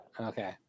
Okay